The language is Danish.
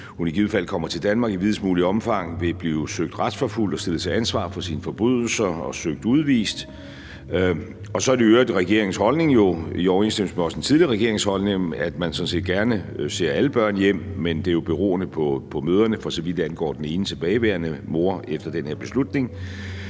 hun i givet fald kommer til Danmark, i videst muligt omfang vil blive søgt retsforfulgt og stillet til ansvar for sine forbrydelser og søgt udvist. Og så er det jo i øvrigt regeringens holdning – i overensstemmelse med også den tidligere regerings holdning – at man sådan set gerne ser alle børn komme hjem, men at det jo er beroende på mødrene, for så vidt angår den ene tilbageværende mor efter den her beslutning.